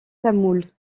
tamoul